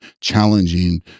challenging